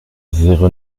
zéro